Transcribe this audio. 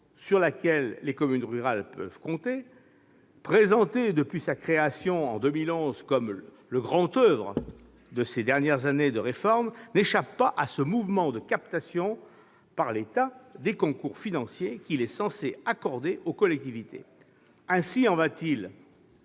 sur laquelle les communes rurales peuvent compter, et présentée, depuis sa création, en 2011, comme le « grand oeuvre » de ces dernières années de réforme, n'échappe pas à ce mouvement de captation par l'État des concours financiers qu'il est censé accorder aux collectivités. Ainsi, il